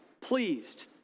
pleased